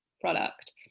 product